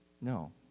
No